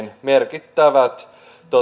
merkittävät